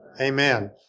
Amen